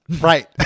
right